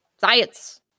Science